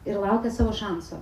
ir laukia savo šanso